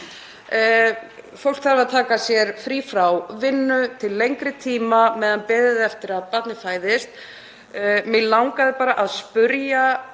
Fólk þarf að taka sér frí frá vinnu til lengri tíma meðan beðið er eftir að barnið fæðist. Mig langaði að spyrja